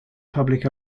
public